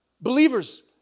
Believers